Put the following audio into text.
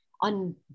on